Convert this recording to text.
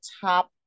top